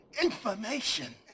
information